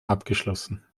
abgeschlossen